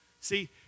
See